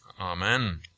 Amen